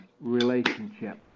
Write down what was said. relationship